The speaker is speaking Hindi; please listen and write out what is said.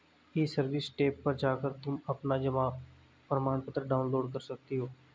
ई सर्विस टैब पर जाकर तुम अपना जमा प्रमाणपत्र डाउनलोड कर सकती हो